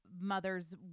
mother's